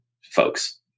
folks